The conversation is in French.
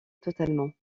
totalement